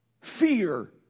fear